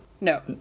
No